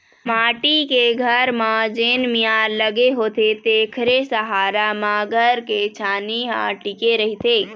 माटी के घर म जेन मियार लगे होथे तेखरे सहारा म घर के छानही ह टिके रहिथे